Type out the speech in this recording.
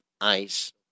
ice